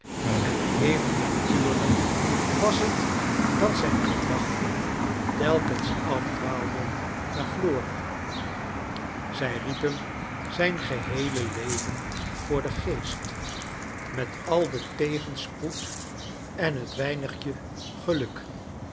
en even natuurlijk was het dat zijn gedachten tclkens afdwaalclen naar flora zij riep hem zijn geheele leven voor den geest niet al den tegenspoecl en het weinigje geluk